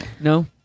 no